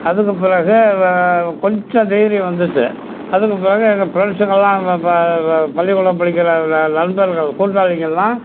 அதுக்கு பிறகு கொஞ்சம் தைரியம் வந்துச்சு அதுக்கு பிறகு எங்கள் ஃப்ரெண்ட்ஸுங்கெல்லாம் பள்ளிக்கூடம் படிக்கிற ந நண்பர்கள் கூட்டாளிங்கெல்லாம்